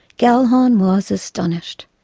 gellhorn was astonished.